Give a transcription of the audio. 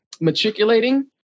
matriculating